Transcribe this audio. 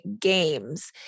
games